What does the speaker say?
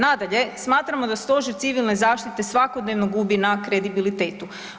Nadalje, smatramo da Stožer Civilne zaštite svakodnevno gubi na kredibilitetu.